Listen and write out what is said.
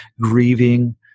grieving